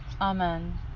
Amen